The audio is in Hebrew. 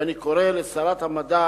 ואני קורא לשרת המדע